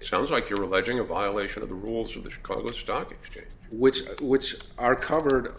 sounds like you're alleging a violation of the rules of the chicago stock exchange which which are covered